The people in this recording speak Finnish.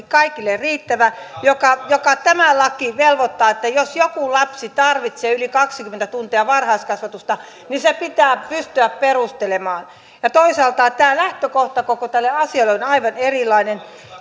kaikille riittävä sen tämä laki velvoittaa että jos joku lapsi tarvitsee yli kaksikymmentä tuntia varhaiskasvatusta niin se pitää pystyä perustelemaan toisaalta tämä lähtökohta koko tälle asialle on aivan erilainen